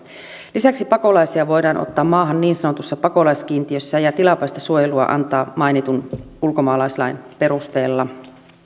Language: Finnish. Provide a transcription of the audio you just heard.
lisäksi pakolaisia voidaan ottaa maahan niin sanotussa pakolaiskiintiössä ja tilapäistä suojelua antaa mainitun ulkomaalaislain perusteella